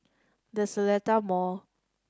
The Seletar Mall